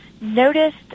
noticed